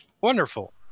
Wonderful